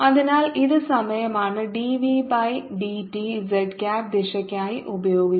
അതിനാൽ ഇത് സമയമാണ് dv by d t z cap ദിശയ്ക്കായി ഉപയോഗിച്ച്